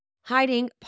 hiding